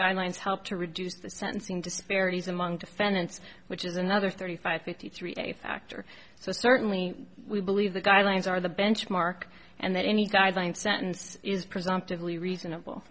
guidelines help to reduce the sentencing disparities among defendants which is another thirty five fifty three a factor so certainly we believe the guidelines are the benchmark and that any guideline sentence is presumptively reasonable